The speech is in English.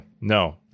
No